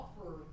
offer